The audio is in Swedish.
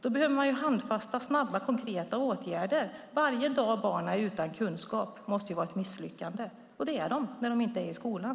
Man behöver handfasta, snabba, konkreta åtgärder. Varje dag som barnen är utan kunskap måste vara ett misslyckande, och det är de när de inte är i skolan.